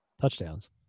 touchdowns